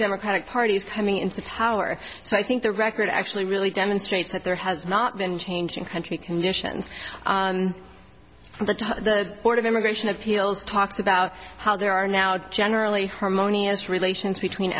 democratic party is coming into power so i think the record actually really demonstrates that there has not been changing country conditions the sort of immigration appeals talks about how there are now generally harmonious relations between